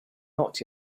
not